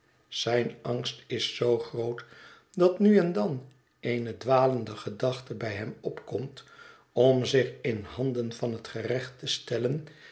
zijn angst is zoo groot dat nu en dan eene dwalende gedachte bij hem opkomt om zich in handen van het gerecht te stellen